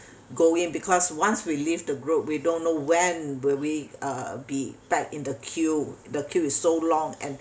go in because once we leave the group we don't know when will we uh be back in the queue the queue is so long and